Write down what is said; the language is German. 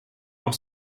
auch